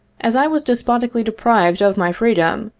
as i was despotically deprived of my freedom,